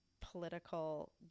political